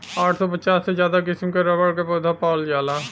आठ सौ पचास से ज्यादा किसिम क रबर क पौधा पावल जाला